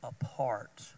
apart